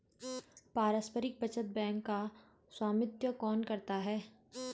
पारस्परिक बचत बैंक का स्वामित्व कौन करता है?